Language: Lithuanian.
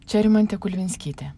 čia rimantė kuzminskytė